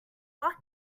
fuck